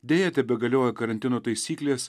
deja tebegalioja karantino taisyklės